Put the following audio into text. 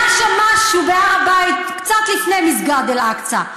היה שם משהו, בהר הבית, קצת לפני מסגד אל-אקצא.